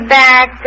back